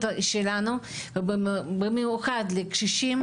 שלנו, במיוחד לקשישים.